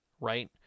right